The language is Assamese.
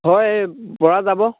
হয় পৰা যাব